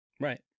Right